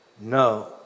no